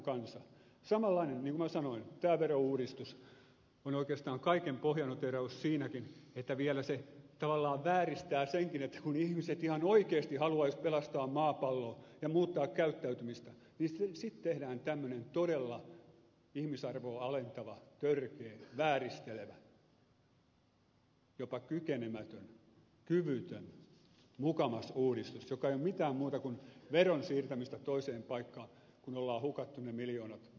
samanlainen niin kuin sanoin on tämä verouudistus oikeastaan kaiken pohjanoteeraus siinäkin että vielä se tavallaan vääristää senkin kun ihmiset ihan oikeasti haluaisivat pelastaa maapalloa ja muuttaa käyttäytymistään niin sitten tehdään tämmöinen todella ihmisarvoa alentava törkeä vääristelevä jopa kykenemätön kyvytön mukamas uudistus joka ei ole mitään muuta kuin veron siirtämistä toiseen paikkaan kun on hukattu ne miljoonat muualle